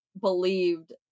believed